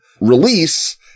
release